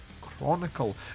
Chronicle